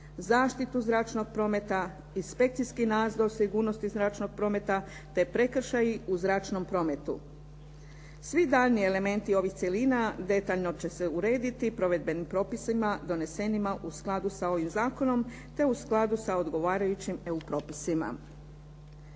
zaštitu zračnog prometa, inspekcijski nadzor sigurnosti zračnog prometa, te prekršaji u zračnom prometu. Svi daljnji elementi ovih cjelina detaljno će se urediti provedbenim propisima donesenima u skladu sa ovim zakonom te u skladu sa odgovarajućim EU propisima.